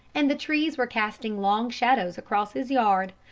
and the trees were casting long shadows across his yard,